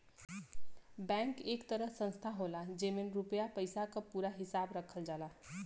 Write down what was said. bank एक तरह संस्था होला जेमन रुपया पइसा क पूरा हिसाब रखल जाला